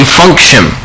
function